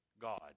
God